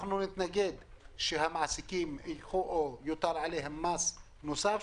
אנחנו נתנגד לכך שיוטל על המעסיקים מס נוסף,